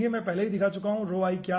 मैं पहले ही दिखा चुका हूं कि क्या हैं